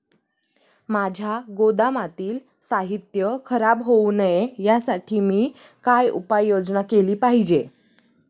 माझ्या गोदामातील साहित्य खराब होऊ नये यासाठी मी काय उपाय योजना केली पाहिजे?